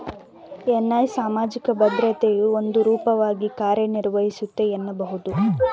NI ಸಾಮಾಜಿಕ ಭದ್ರತೆಯ ಒಂದು ರೂಪವಾಗಿ ಕಾರ್ಯನಿರ್ವಹಿಸುತ್ತೆ ಎನ್ನಬಹುದು